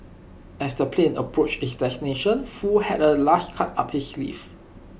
as the plane approached its destination Foo had A last card up his sleeve